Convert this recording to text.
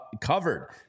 covered